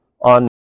on